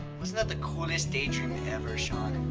wasn't that the coolest daydream ever, sean?